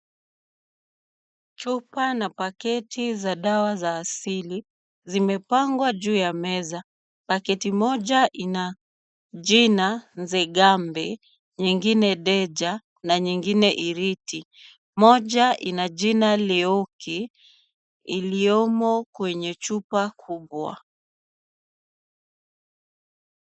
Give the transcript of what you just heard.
Chupa na paketi za dawa za asili zimepangwa juu ya meza, paketi moja ina jina nzegambe nyingine deja na nyingine iriti moja ina jina leuki iliyomo kwenye chupa kubwa.